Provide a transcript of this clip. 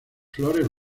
flores